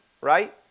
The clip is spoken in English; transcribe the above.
right